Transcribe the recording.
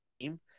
team